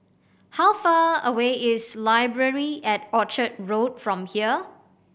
how far away is Library at Orchard Road from here